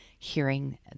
Hearing